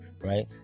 right